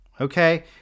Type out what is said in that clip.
Okay